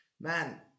man